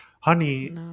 honey